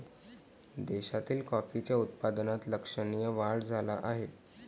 देशातील कॉफीच्या उत्पादनात लक्षणीय वाढ झाला आहे